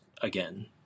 again